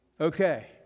Okay